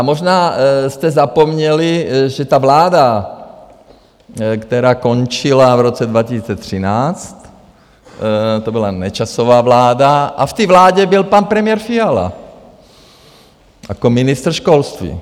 Možná jste zapomněli, že ta vláda, která končila v roce 2013, to byla Nečasova vláda, a v té vládě byl pan premiér Fiala jako ministr školství.